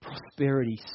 Prosperity